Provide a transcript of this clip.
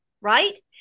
right